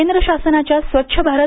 केंद्र शासनाच्या स्वच्छ भारत